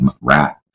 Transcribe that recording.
rat